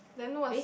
then what's